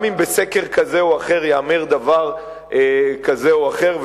גם אם בסקר כזה או אחר ייאמר דבר כזה או אחר,